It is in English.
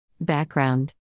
Background